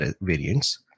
variants